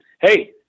hey